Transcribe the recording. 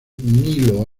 nilo